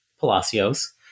Palacios